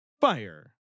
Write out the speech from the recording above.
fire